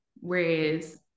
whereas